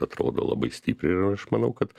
atrodo labai stipriai ir aš manau kad